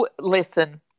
listen